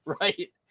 right